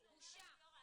ליאורה,